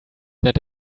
that